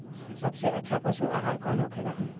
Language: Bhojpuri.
सबसे अच्छा पशु आहार कौन होखेला?